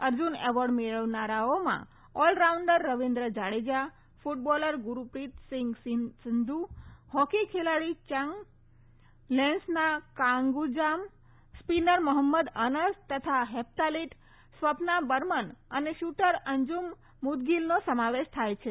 Arjun award મેળવનારાઓમાં all rounder Ravindra Jadeja કુટબોલર ગુરપ્રીતસીંગ Sandhu hockey ખેલાડી ચિંગ લેન્સના કાન્ગુજામ spinner Mohammad અનસ તથા હેપ્તાલીટ સ્વપ્ના બર્મન અને શુટર અંજુમ મુદગીલનો સમાવેશ થાય છે